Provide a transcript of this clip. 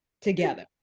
together